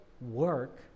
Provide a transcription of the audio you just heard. work